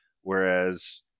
Whereas